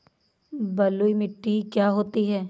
बलुइ मिट्टी क्या होती हैं?